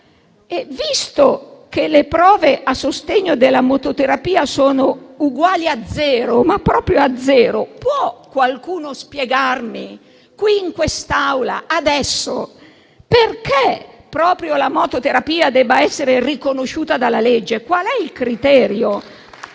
Visto che le prove a sostegno della mototerapia sono uguali a zero, può qualcuno spiegarmi, qui in quest'Aula, adesso, perché proprio la mototerapia debba essere riconosciuta dalla legge? Qual è il criterio?